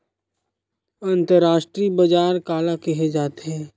अंतरराष्ट्रीय बजार काला कहे जाथे?